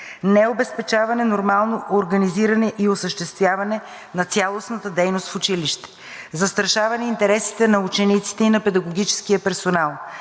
необезпечаване на нормално организиране и осъществяване на цялостната дейност в училището, застрашаване интересите на учениците и на педагогическия персонал,